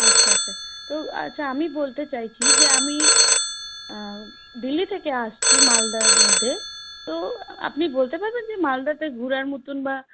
আচ্ছা আচ্ছা তো আচ্ছা আমি বলতে চাইছি যে আমি দিল্লি থেকে আসছি মালদার মধ্যে তো আপনি বলতে পারবেন যে মালদাতে ঘোরার মতন বা